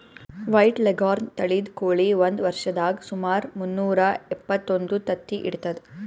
white leghorn ತಳಿದ್ ಕೋಳಿ ಒಂದ್ ವರ್ಷದಾಗ್ ಸುಮಾರ್ ಮುನ್ನೂರಾ ಎಪ್ಪತ್ತೊಂದು ತತ್ತಿ ಇಡ್ತದ್